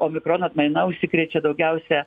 omikrono atmaina užsikrečia daugiausia